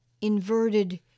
inverted